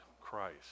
Christ